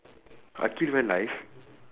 akhil went live